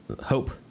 hope